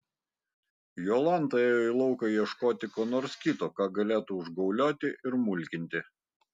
jolanta ėjo į lauką ieškoti ko nors kito ką galėtų užgaulioti ir mulkinti